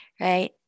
right